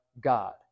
God